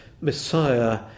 Messiah